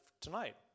tonight